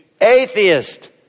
atheist